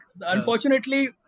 Unfortunately